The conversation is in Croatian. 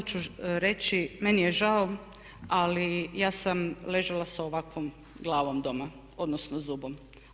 Samo ću reći, meni je žao ali ja sam ležala sa ovakvom glavom doma, odnosno zubom.